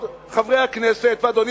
מה עוד, חברי הכנסת ואדוני